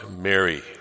Mary